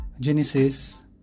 Genesis